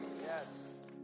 Yes